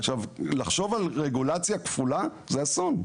עכשיו, לחשוב על רגולציה כפולה זה אסון.